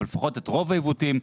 אבל לפחות את רוב העיוותים,